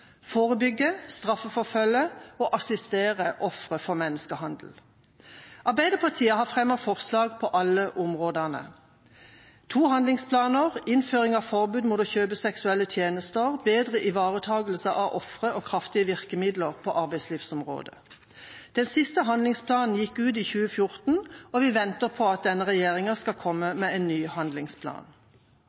forebygge, straffeforfølge, og assistere ofre for menneskehandel. Arbeiderpartiet har fremmet forslag på alle områdene: to handlingsplaner, innføring av forbud mot å kjøpe seksuelle tjenester, bedre ivaretakelse av ofre, og kraftige virkemidler på arbeidslivsområdet. Den siste handlingsplanen gikk ut i 2014, og vi venter på at denne regjeringa skal komme med en ny handlingsplan.